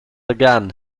again